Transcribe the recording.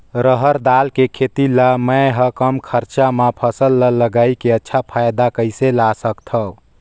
रहर दाल के खेती ला मै ह कम खरचा मा फसल ला लगई के अच्छा फायदा कइसे ला सकथव?